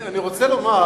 אני רוצה לומר,